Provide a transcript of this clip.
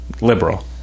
liberal